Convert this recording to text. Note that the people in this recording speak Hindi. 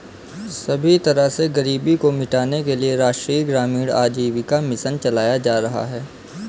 सभी तरह से गरीबी को मिटाने के लिये राष्ट्रीय ग्रामीण आजीविका मिशन चलाया जा रहा है